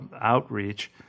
outreach